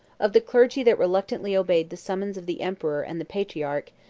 of the clergy that reluctantly obeyed the summons of the emperor and the patriarch,